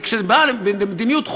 כשזה בא למדיניות חוץ,